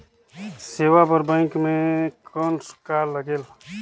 सेवा बर बैंक मे कौन का लगेल?